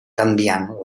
canviant